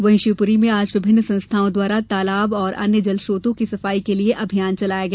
वहीं शिवपूरी में आज विभिन्न संस्थाओं द्वारा तालाब व अन्य जलस्त्रोतों की सफाई के लिए अभियान चलाया गया